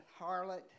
harlot